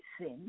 sin